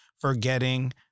forgetting